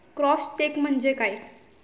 Cross check म्हणजे काय?